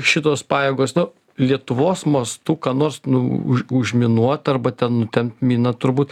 šitos pajėgos nu lietuvos mastu ką nors nu už užminuot arba ten nutempt miną turbūt